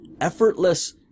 effortless